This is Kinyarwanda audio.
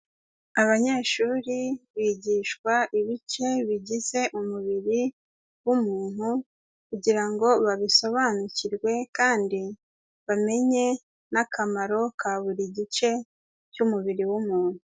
Abanyeshuri bigishwa ibice bigize umubiri w'umuntu kugira ngo babisobanukirwe kandi bamenye n'akamaro ka buri gice cy'umubiri w'umuntu.